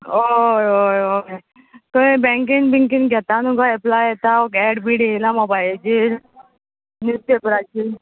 हय हय हय थंय बँकेन बिंकेन घेता न्हू गो एप्लाय येता हो ऍड बीड येयला मोबायला हेजेर न्युजपेपराचेर